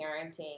parenting